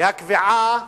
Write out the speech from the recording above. והקביעה